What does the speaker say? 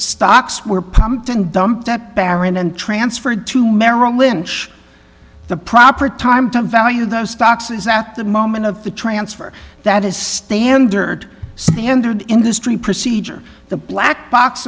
stocks were pumped and dumped at baron and transferred to merrill lynch the proper time to value those stocks is at the moment of the transfer that is standard standard industry procedure the black box